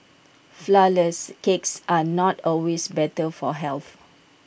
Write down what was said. Flourless Cakes are not always better for health